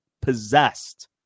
possessed